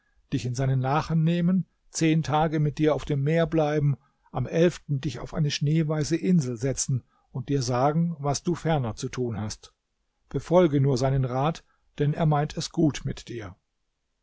dich in seinen nachen nehmen zehn tage mit dir auf dem meer bleiben am elften dich auf eine schneeweiße insel setzen und dir sagen was du ferner zu tun hast befolge nur seinen rat denn er meint es gut mit dir